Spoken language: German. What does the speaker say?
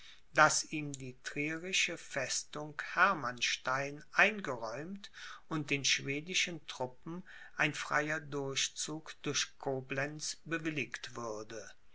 daß ihm die trierische festung hermannstein eingeräumt und den schwedischen truppen ein freier durchzug durch koblenz bewilligt würde